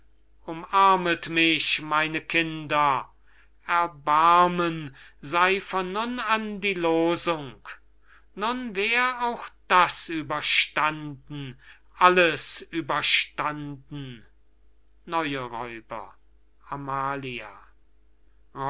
umarmet mich meine kinder erbarmung sei von nun an die loosung nun wär auch das überstanden alles überstanden neue räuber amalia